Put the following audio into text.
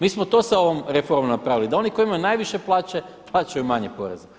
Mi smo to sa ovom reformom napravili da oni koji imaju najviše plaće plaćaju manje poreze.